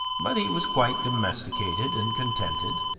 but he was quite domesticated and contented,